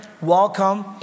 welcome